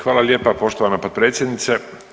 Hvala lijepa poštovana potpredsjednice.